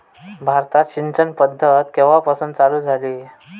भारतात सिंचन पद्धत केवापासून चालू झाली?